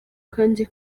kandi